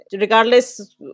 regardless